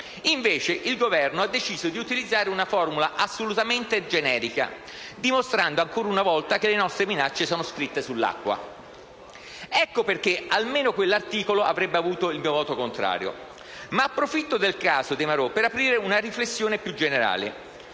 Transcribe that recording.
Invece, il Governo ha deciso di utilizzare una formula assolutamente generica, dimostrando ancora una volta che le nostre minacce sono scritte sull'acqua. *(Applausi della senatrice Bignami)*. Ecco perché almeno quell'articolo avrebbe avuto il mio voto contrario. Ma approfitto del caso dei marò per aprire una riflessione più generale.